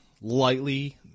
lightly